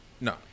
No